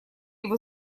его